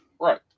Right